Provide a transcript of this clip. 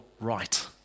right